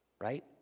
right